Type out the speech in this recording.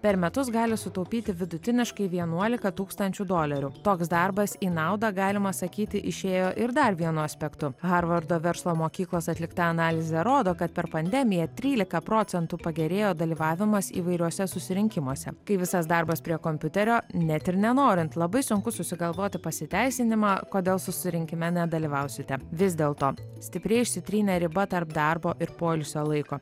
per metus gali sutaupyti vidutiniškai vienuolika tūkstančių dolerių toks darbas į naudą galima sakyti išėjo ir dar vienu aspektu harvardo verslo mokyklos atlikta analizė rodo kad per pandemiją trylika procentų pagerėjo dalyvavimas įvairiuose susirinkimuose kai visas darbas prie kompiuterio net ir nenorint labai sunku susigalvoti pasiteisinimą kodėl susirinkime nedalyvausite vis dėl to stipriai išsitrynė riba tarp darbo ir poilsio laiko